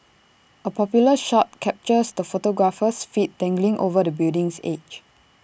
A popular shot captures the photographer's feet dangling over the building's edge